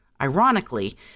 Ironically